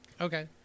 Okay